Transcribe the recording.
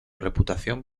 reputación